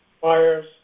fires